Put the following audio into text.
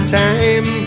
time